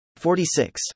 46